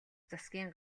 засгийн